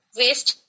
waste